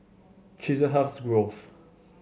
Chiselhurst Grove